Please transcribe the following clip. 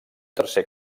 tercer